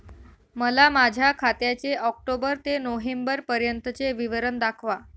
मला माझ्या खात्याचे ऑक्टोबर ते नोव्हेंबर पर्यंतचे विवरण दाखवा